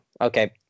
Okay